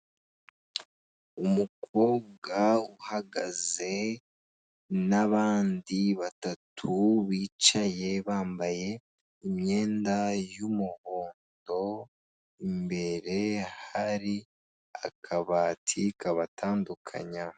Umukobwa uhagaze n'abandi batatu bicaye bambaye imyenda y'umuhondo, imbere hari akabati kabatandukanya.